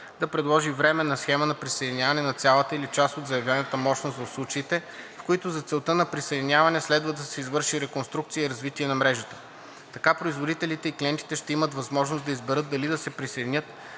да предложи временна схема на присъединяване на цялата или част от заявената мощност в случаите, в които за целта на присъединяването следва да се извърши реконструкция и развитие на мрежата. Така производителите и клиентите ще имат възможност да изберат дали да се присъединят